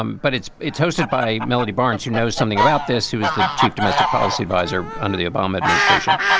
um but it's it's hosted by melody barnes, who knows something about this. who is the chief domestic policy adviser under the obama administration?